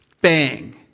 Bang